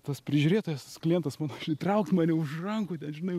tas prižiūrėtojas klientas mano žinai traukt mane už rankų ten žinai